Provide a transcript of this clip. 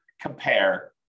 compare